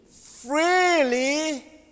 Freely